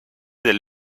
del